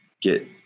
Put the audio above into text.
get